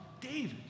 David